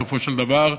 בסופו של דבר,